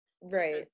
Right